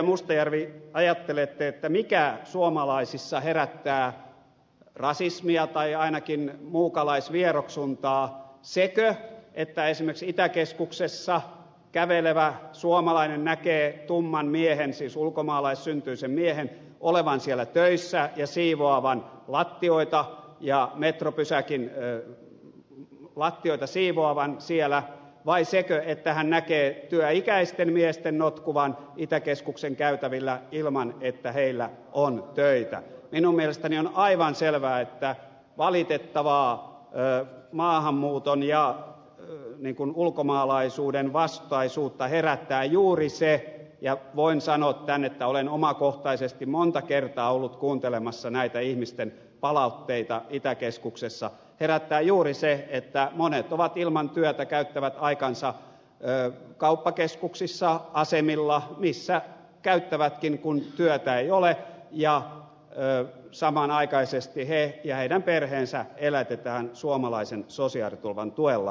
mustajärvi ajattelette mikä suomalaisissa herättää rasismia tai ainakin muukalaisvieroksuntaa sekö että esimerkiksi itäkeskuksessa kävelevä suomalainen näkee tumman miehen siis ulkomaalaissyntyisen miehen olevan siellä töissä ja metropysäkin lattioita siivoavan siellä vai sekö että hän näkee työikäisten miesten notkuvan itäkeskuksen käytävillä ilman että heillä on töitä niin minun mielestäni on aivan selvää että valitettavaa maahanmuuton ja ulkomaalaisuuden vastaisuutta herättää juuri se ja voin sanoa tämän että olen omakohtaisesti monta kertaa ollut kuuntelemassa näitä ihmisten palautteita itäkeskuksessa että monet ovat ilman työtä käyttävät aikansa kauppakeskuksissa asemilla missä käyttävätkin kun työtä ei ole ja samanaikaisesti he ja heidän perheensä elätetään suomalaisen sosiaaliturvan tuella